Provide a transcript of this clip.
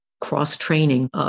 cross-training